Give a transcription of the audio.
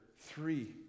three